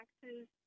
taxes